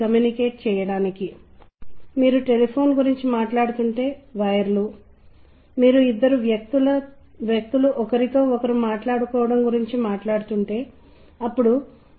నేను ప్రకటనలు మరియు సంగీతం గురించి మాట్లాడినప్పుడు సందర్భాన్ని మరియు మనం మల్టీమీడియా గురించి మాట్లాడేటప్పుడు సందర్భం వివరించాను